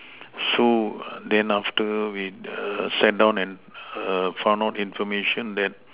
so then after we err sat down and err found out information that